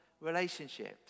relationships